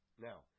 now